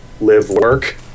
live-work